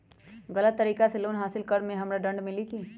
गलत तरीका से लोन हासिल कर्म मे हमरा दंड मिली कि?